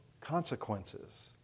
consequences